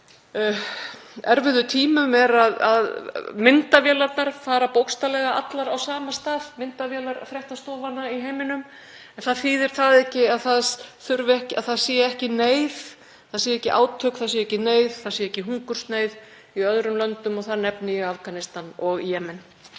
erfiðu tímum er að myndavélarnar fara bókstaflega allar á sama stað, myndavélar fréttastofanna í heiminum, en það þýðir ekki að það sé ekki í neyð, það séu ekki átök, það sé ekki hungursneyð í öðrum löndum og þar nefni ég Afganistan og Jemen.